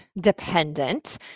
dependent